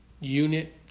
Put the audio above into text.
unit